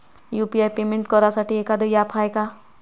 UPI payment करासाठी एखांद app हाय का?